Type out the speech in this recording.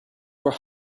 were